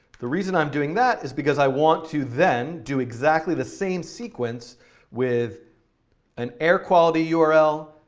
the reason i'm doing that is because i want to then do exactly the same sequence with an air quality yeah url,